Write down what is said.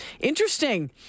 Interesting